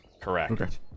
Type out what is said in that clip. correct